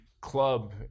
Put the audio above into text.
club